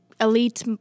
Elite